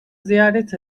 ziyaret